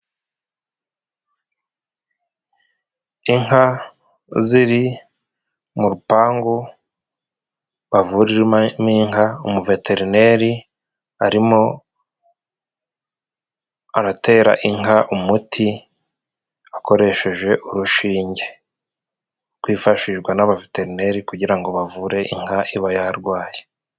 Inka ziri mu rupangu bavuriramo inka; umuveterineri arimo aratera inka umuti, akoresheje urushinge rwifashishwa n'abaveterineri, kugira ngo bavure inka iba yarwaye.